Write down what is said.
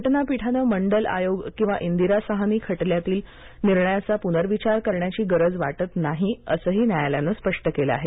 घटनापीठानं मंडल आयोग किंवा इंदिरा साहनी खटल्यातील निर्णयाचा पुनर्विचार करण्याची गरज वाटत नाही असंही न्यायालयानं स्पष्ट केलं आहे